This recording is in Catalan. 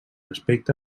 aspecte